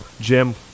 Jim